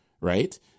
Right